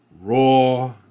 raw